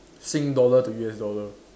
sing dollar to U_S dollar